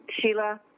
Sheila